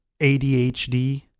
ADHD